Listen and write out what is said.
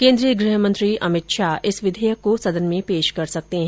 केन्द्रीय गृह मंत्री अमित शाह इस विधेयक को सदन में पेश कर सकते हैं